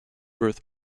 birth